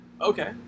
Okay